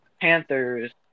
Panthers